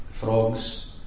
Frogs